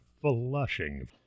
flushing